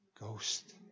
Ghost